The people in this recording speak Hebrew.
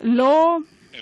לא